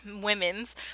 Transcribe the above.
women's